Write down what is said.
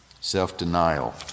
Self-denial